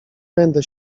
będę